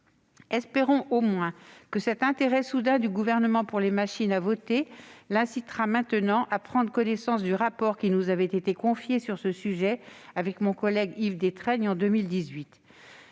Espérons au moins que cet intérêt soudain du Gouvernement pour les machines à voter l'incitera maintenant à prendre connaissance du rapport qui nous avait été confié sur ce sujet, avec mon collègue Yves Détraigne, en 2018.